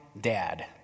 dad